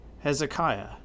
Hezekiah